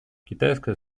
китайская